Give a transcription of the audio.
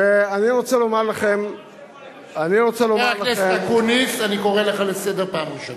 חבר הכנסת אקוניס, אני קורא אותך לסדר פעם ראשונה.